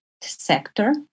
sector